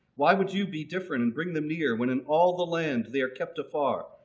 why would you be different and bring them near when in all the land they are kept afar?